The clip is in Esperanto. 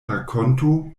rakonto